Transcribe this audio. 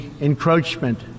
encroachment